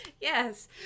Yes